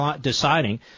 deciding